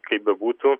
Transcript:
kaip bebūtų